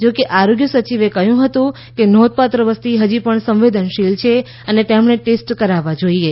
જોકે આરોગ્ય સચિવે કહ્યું હતું કે નોંધપાત્ર વસ્તી હજી પણ સંવેદનશીલ છે અને તેમણે ટેસ્ટ કરાવવા જોઈએ